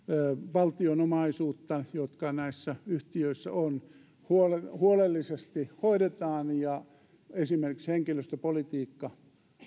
valtion omaisuutta jota näissä yhtiöissä on huolellisesti hoidetaan ja esimerkiksi henkilöstöpolitiikka